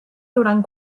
durant